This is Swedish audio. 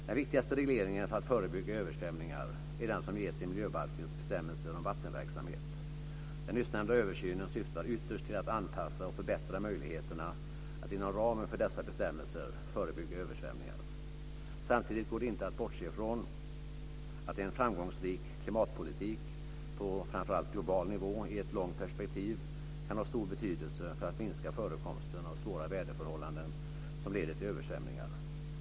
Den viktigaste regleringen för att förebygga översvämningar är den som ges i miljöbalkens bestämmelser om vattenverksamhet. Den nyssnämnda översynen syftar ytterst till att anpassa och förbättra möjligheterna att inom ramen för dessa bestämmelser förebygga översvämningar. Samtidigt går det inte att bortse från att en framgångsrik klimatpolitik på framför allt global nivå i ett långt perspektiv kan ha stor betydelse för att minska förekomsten av svåra väderförhållanden som leder till översvämningar.